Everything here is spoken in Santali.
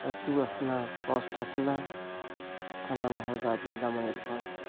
ᱟᱹᱛᱩ ᱟᱥᱱᱟ ᱯᱳᱥᱴ ᱟᱥᱱᱟ ᱛᱷᱟᱱᱟ ᱵᱚᱦᱚᱲᱫᱟ ᱡᱮᱞᱟ ᱢᱚᱭᱩᱨᱵᱷᱚᱸᱡᱽ